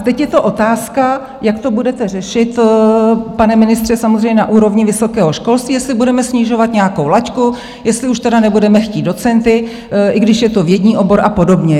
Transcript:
Teď je otázka, jak to budete řešit, pane ministře, samozřejmě na úrovni vysokého školství, jestli budeme snižovat nějakou laťku, jestli už tedy nebudeme chtít docenty, i když je to vědní obor, a podobně.